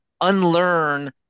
unlearn